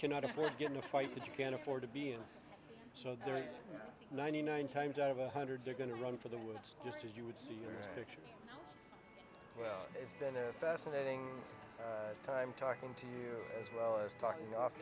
cannot afford to get in a fight that you can't afford to be and so there are ninety nine times out of a hundred they're going to run for the woods just as you would see your picture well it's been a fascinating time talking to you as well as talking off